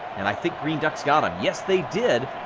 and i think green ducks got um yes, they did.